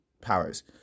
powers